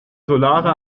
solare